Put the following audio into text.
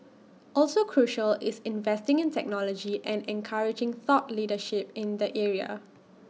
also crucial is investing in technology and encouraging thought leadership in the area